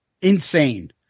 Insane